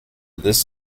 this